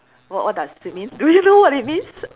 what what does it means do you know it means